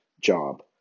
job